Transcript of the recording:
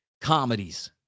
comedies